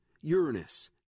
Uranus